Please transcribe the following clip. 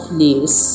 leaves